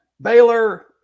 Baylor